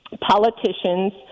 politicians